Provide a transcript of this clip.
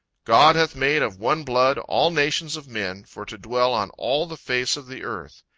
god hath made of one blood, all nations of men, for to dwell on all the face of the earth.